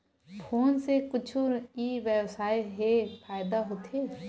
Phone से कुछु ई व्यवसाय हे फ़ायदा होथे?